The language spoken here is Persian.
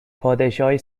پادشاهی